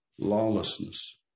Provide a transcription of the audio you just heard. lawlessness